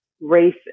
race